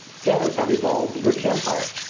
sailors have evolved the british empire.